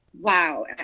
Wow